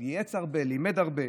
הוא ייעץ הרבה ולימד הרבה,